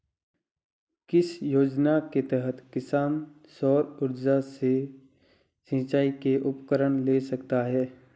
किस योजना के तहत किसान सौर ऊर्जा से सिंचाई के उपकरण ले सकता है?